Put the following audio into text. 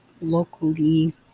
locally